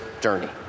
journey